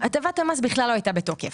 הטבת המס בכלל לא הייתה בתוקף.